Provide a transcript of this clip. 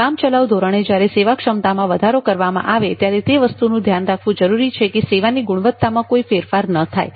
કામચલાઉ ધોરણે જ્યારે સેવા ક્ષમતામાં વધારો કરવામાં આવે છે ત્યારે તે વસ્તુનું ધ્યાન રાખવું જરૂરી છે કે સેવાની ગુણવત્તામાં કોઇ ફેરફાર ન થાય